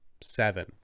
seven